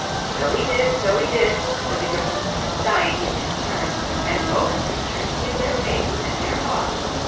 so he did, so he did said the gryphon, sighing in his turn and both creatures hid their faces in their paws.